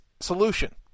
solution